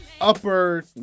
upper